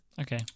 Okay